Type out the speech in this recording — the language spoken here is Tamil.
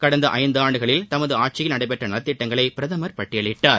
கடந்த ஐந்தாண்டுகளில் தமது ஆட்சியில் நடைபெற்ற நலத்திட்டங்களை பிரதமர் பட்டியலிட்டார்